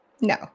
No